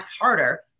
harder